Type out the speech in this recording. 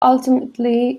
ultimately